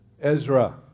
Ezra